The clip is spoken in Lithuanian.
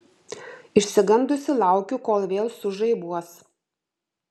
išsigandusi laukiu kol vėl sužaibuos